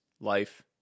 life